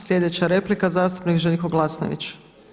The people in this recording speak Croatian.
Sljedeća replika zastupnik Željko Glasnović.